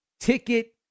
Ticket